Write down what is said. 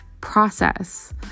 process